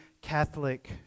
Catholic